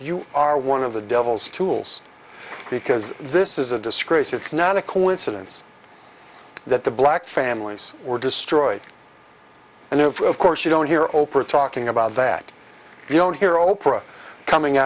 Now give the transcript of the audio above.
you are one of the devil's tools because this is a disgrace it's not a coincidence that the black families were destroyed and of course you don't hear oprah talking about that you don't hear oprah coming